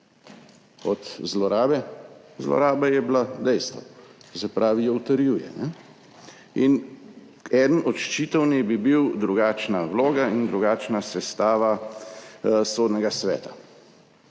Od zlorabe? Zloraba je bila dejstvo. To se pravi, jo utrjuje. In eden od ščitov naj bi bili drugačna vloga in drugačna sestava Sodnega sveta.